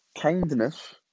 kindness